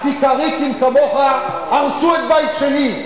הסיקריקים כמוך, הרסו את בית שני.